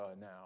now